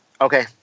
okay